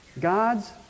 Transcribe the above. God's